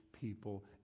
people